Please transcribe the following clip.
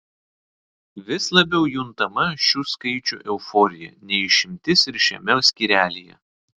vis labiau juntama šių skaičių euforija ne išimtis ir šiame skyrelyje